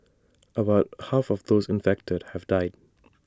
about half of those infected have died